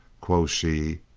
quo' she.